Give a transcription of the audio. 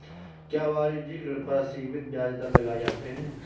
क्या वाणिज्यिक ऋण पर असीमित ब्याज दर लगाए जाते हैं?